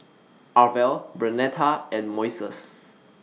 Arvel Bernetta and Moises